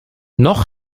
noch